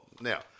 Now